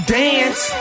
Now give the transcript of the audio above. dance